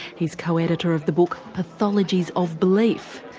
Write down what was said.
he's co-editor of the book, pathologies of belief.